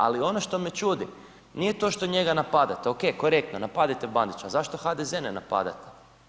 Ali ono što me čudi, nije to što njega napadate, ok, korektno, napadajte Bandića, a zašto HDZ ne napadate?